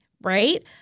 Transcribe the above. right